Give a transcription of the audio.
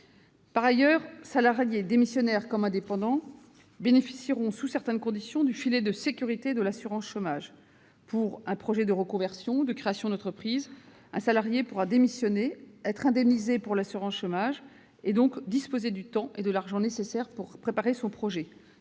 Par ailleurs, salariés démissionnaires comme indépendants bénéficieront, sous certaines conditions, du filet de sécurité de l'assurance chômage. Une personne ayant un projet professionnel de reconversion ou de création d'entreprise pourra démissionner, être indemnisée par l'assurance chômage et donc disposer du temps et de l'argent nécessaires à la préparation de son projet.